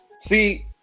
see